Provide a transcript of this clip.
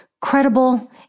credible